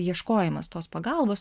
ieškojimas tos pagalbos